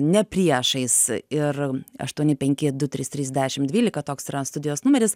ne priešais ir aštuoni penki du trys trys dešim dvylika toks yra studijos numeris